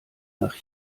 nach